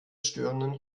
störenden